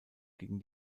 gegen